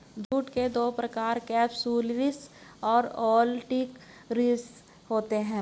jute के दो प्रकार केपसुलरिस और ओलिटोरियस होते हैं